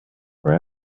for